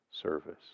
service